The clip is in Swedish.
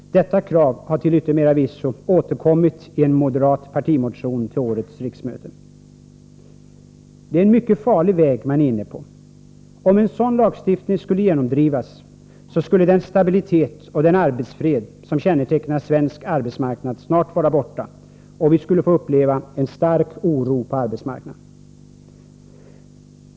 Detta krav har till yttermera visso återkommit i en moderat partimotion till detta riksmöte. Det är en mycket farlig väg som moderaterna är inne på. Om en sådan lagstiftning genomdrevs, skulle den stabilitet och den arbetsfred som kännetecknar svensk arbetsmarknad snart vara borta, och vi skulle få uppleva en stark oro på arbetsmarknaden.